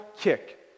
kick